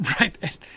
Right